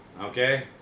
Okay